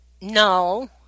No